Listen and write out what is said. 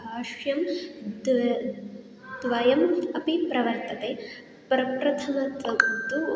भाष्यं द्वे द्वयम् अपि प्रवर्तते प्रप्रथमत्वं तु